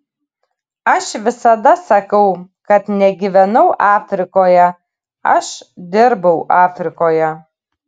aš visada sakau kad negyvenau afrikoje aš dirbau afrikoje